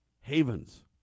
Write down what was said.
havens